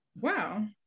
Wow